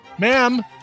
Ma'am